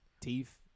teeth